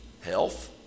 health